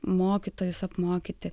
mokytojus apmokyti